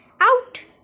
Out